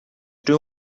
two